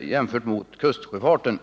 jämfört med kustsjöfarten.